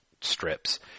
strips